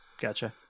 Gotcha